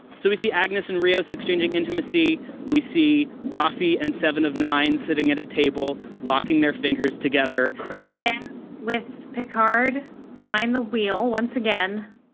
so we see agnes and reos exchanging intimacy. we see roffey and seven of nine sitting at a table, locking their fingers together and it ends with picard behind the wheel, once again,